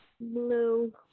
Blue